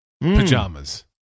pajamas